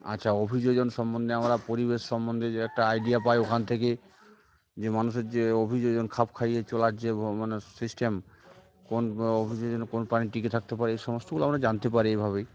আচ্ছা অভিযোজন সম্বন্ধে আমরা পরিবেশ সম্বন্ধে যে একটা আইডিয়া পাই ওখান থেকে যে মানুষের যে অভিযোজন খাপ খাইয়ে চলার যে মানে সিস্টেম কোন অভিযোজনে কোন প্রাণী টিকে থাকতে পারে এই সমস্তগুলো আমরা জানতে পারি এভাবেই